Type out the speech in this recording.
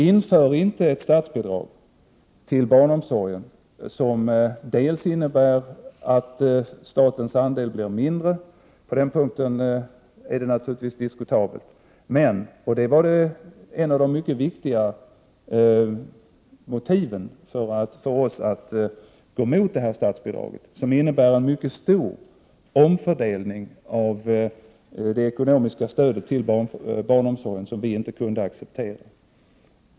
Inför inte ett statsbidrag till barnomsorgen som dels innebär att statens andel blir mindre — på den punkten är det naturligtvis litet diskutabelt —, dels innebär — och det var ett mycket viktigt motiv för oss att gå emot statsbidraget — en mycket stor omfördelning av det ekonomiska stödet till barnomsorgen som vi inte kunde acceptera.